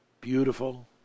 beautiful